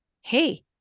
hey